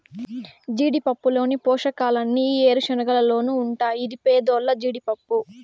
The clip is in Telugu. జీడిపప్పులోని పోషకాలన్నీ ఈ ఏరుశనగలోనూ ఉంటాయి ఇది పేదోల్ల జీడిపప్పు